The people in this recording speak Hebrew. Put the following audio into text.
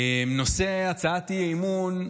נושא הצעת האי-אמון הוא,